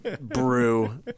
brew